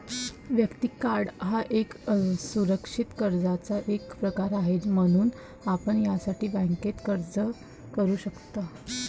वैयक्तिक कर्ज हा एक असुरक्षित कर्जाचा एक प्रकार आहे, म्हणून आपण यासाठी बँकेत अर्ज करू शकता